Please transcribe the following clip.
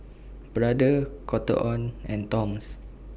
Brother Cotton on and Toms